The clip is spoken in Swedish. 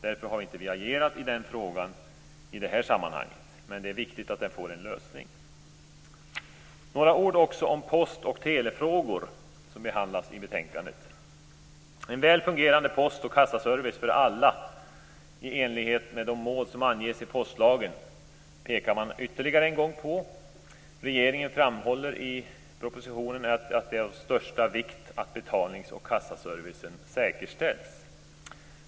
Därför har vi inte agerat i den frågan i det här sammanhanget. Men det är viktigt att den får en lösning. Jag skall säga några ord om post och telefrågor som också behandlas i betänkandet. En väl fungerande post och kassaservice för alla i enlighet med de mål som anges i postlagen är något som man pekar på ytterligare en gång. Regeringen framhåller i propositionen att det är av största vikt att betalnings och kassaservicen säkerställs.